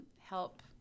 help